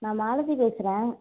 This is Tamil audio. நான் மாலதி பேசுகிறேன்